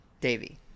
Davey